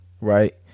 right